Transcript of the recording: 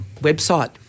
website